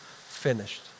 finished